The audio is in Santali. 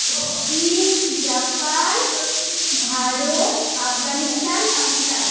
ᱪᱤᱱ ᱡᱟᱯᱟᱱ ᱵᱷᱟᱨᱚᱛ ᱟᱯᱷᱜᱟᱱᱤᱥᱛᱟᱱ ᱯᱟᱠᱤᱥᱛᱟᱱ